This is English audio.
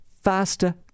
faster